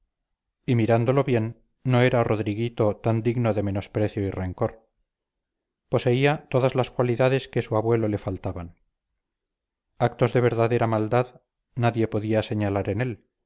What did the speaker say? mirándolo bien no era rodriguito tan digno de menosprecio y rencor poseía todas las cualidades que a su abuelo le faltaban actos de verdadera maldad nadie podía señalar en él